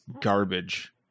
garbage